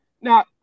Now